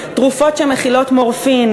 תרופות שמכילות מורפין,